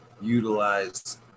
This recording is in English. utilize